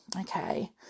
okay